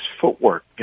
footwork